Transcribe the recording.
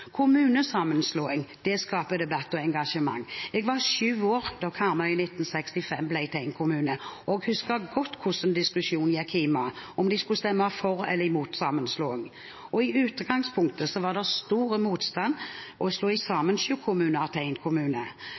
Kommunesammenslåing skaper debatt og engasjement. Jeg var sju år da Karmøy i 1965 ble til én kommune, og husker godt hvordan diskusjonen gikk hjemme, om de skulle stemme for eller imot sammenslåing. I utgangspunktet var det stor motstand mot å slå sju kommuner sammen til én kommune. Samtidig som dette pågikk, planla Norsk Hydro å etablere seg i